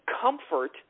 comfort